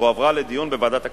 והועברה לדיון בוועדת הכלכלה.